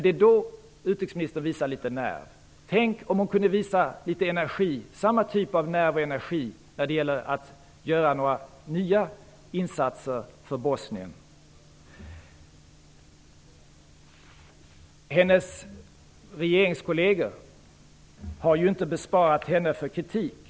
Tänk om utrikesministern kunde visa samma nerv och energi när det gäller nya insatser för Bosnien! Utrikesministerns regeringskolleger har inte skonat henne från kritik.